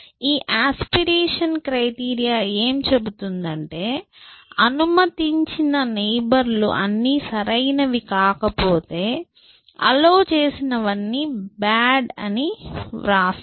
ఈ aspiration criteria ఎం చెబుతుందంటే అనుమతించిన నైబర్లు అన్ని సరైనవి కాకపోతే అల్లొవ్ చేసినవన్నీ బాడ్ అని వ్రాద్దాం